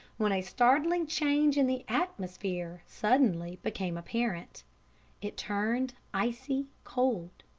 when a startling change in the atmosphere suddenly became apparent it turned icy cold.